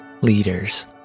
leaders